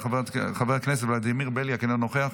אינו נוכח,